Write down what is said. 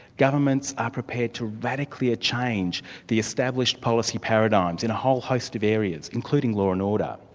governments are prepared to radically ah change the established policy paradigms in a whole host of areas, including law and order.